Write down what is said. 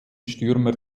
stürmer